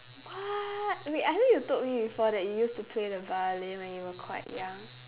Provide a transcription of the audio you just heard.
what wait I think you told me before that you used to play the violin when you were quite young